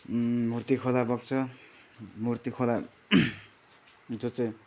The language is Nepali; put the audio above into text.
मूर्ति खोला बग्छ मूर्ति खोला जो चाहिँ